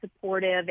supportive